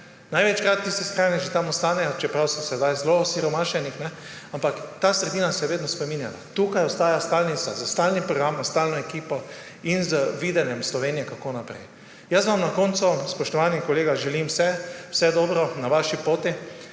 Največkrat tisti skrajneži tam ostanejo, čeprav so sedaj zelo osiromašeni, ampak ta sredina se vedno spreminjala. Tukaj ostaja stalnica, s stalnim programom, s stalno ekipo in z videnjem Slovenije, kako naprej. Jaz vam na koncu, spoštovani kolega, želim vse dobro na vaši poti.